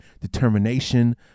determination